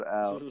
out